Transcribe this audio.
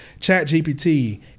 ChatGPT